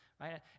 right